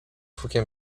hukiem